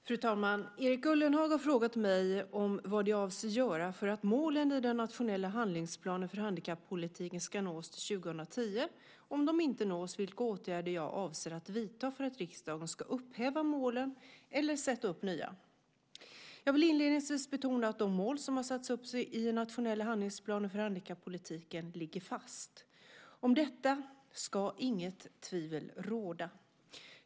Fru talman! Erik Ullenhag har frågat mig vad jag avser att göra för att målen i den nationella handlingsplanen för handikappolitiken ska nås till 2010, och om de inte nås vilka åtgärder jag avser att vidta för att riksdagen ska upphäva målen eller sätta upp nya. Jag vill inledningsvis betona att de mål som har satts upp i nationella handlingsplanen för handikappolitiken ligger fast. Om detta ska inget tvivel råda.